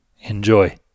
Enjoy